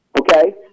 okay